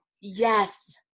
yes